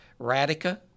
Radica